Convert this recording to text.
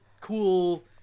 cool